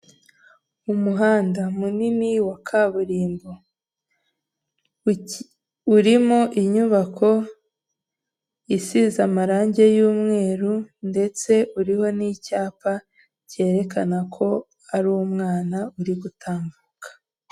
Ahantu hasa nk'ahantu abantu basohokera bisa nk'akabari cyangwa se ahantu abantu bajya kwiyakirira bakaba bahafatiramo amafunguro ya saa sita, hari mu ibara ry'umutuku, hariho intebe z'umutuku ndetse n'imitaka yayo iratukura, birasa nk'ahantu mu gipangu hakinjiramo n'imodoka z'abantu baba baje kubagana.